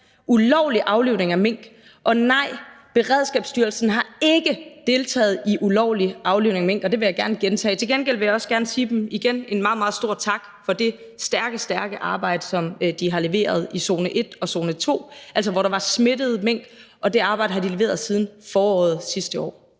ulovlig aflivning af mink. Og nej, Beredskabsstyrelsen har ikke deltaget i ulovlig aflivning af mink. Det vil jeg gerne gentage. Til gengæld vil jeg også gerne igen sige dem en meget, meget stor tak for det stærke, stærke arbejde, som de har leveret i zone 1 og zone 2, altså, hvor der var smittede mink. Det arbejde har de leveret siden foråret sidste år.